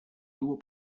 było